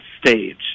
stage